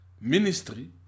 ministry